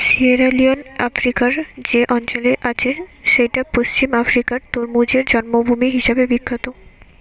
Sierra Leone আফ্রিকার যে অঞ্চলে আছে সেইটা পশ্চিম আফ্রিকার তরমুজের জন্মভূমি হিসাবে বিখ্যাত